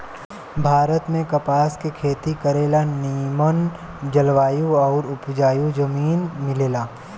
भारत में कपास के खेती करे ला निमन जलवायु आउर उपजाऊ जमीन मिलेला